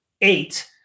eight